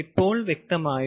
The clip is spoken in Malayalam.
ഇപ്പോൾ വ്യക്തമായോ